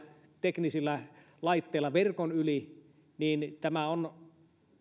teknisillä laitteilla verkon yli niin